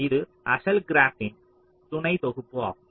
இது அசல் கிராப்பின் துணை தொகுப்பு ஆகும்